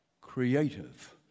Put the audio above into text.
creative